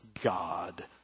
God